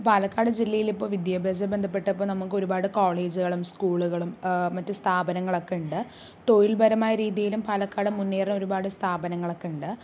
പാലക്കാട് ജില്ലയിലിപ്പോൾ വിദ്യാഭ്യാസം ബന്ധപ്പെട്ട ഇപ്പോൾ നമുക്കൊരുപാട് കോളേജുകളും സ്കൂളുകളും മറ്റ് സ്ഥാപനങ്ങളൊക്കെ ഉണ്ട് തൊഴിൽപരമായ രീതിയിലും പാലക്കാട് മുന്നേറുന്ന ഒരുപാട് സ്ഥാപനങ്ങളൊക്കെയുണ്ട്